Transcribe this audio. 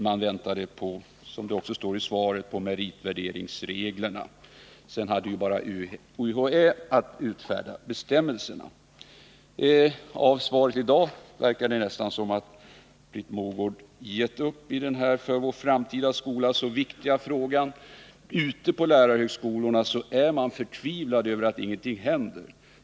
Man väntade, som det också heter i svaret, på meritvärderingsreglerna. Sedan dessa framlagts skulle det vara klart för UHÄ att utfärda bestämmelserna. Av Britt Mogårds svar i dag verkar det som om hon nästan gett upp i denna för vår framtida skola så viktiga fråga. Ute på lärarhögskolorna är man förtvivlad över att ingenting händer.